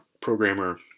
programmer